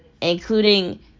Including